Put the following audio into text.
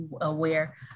aware